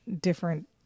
different